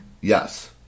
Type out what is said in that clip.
Yes